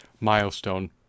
milestone